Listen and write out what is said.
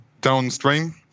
downstream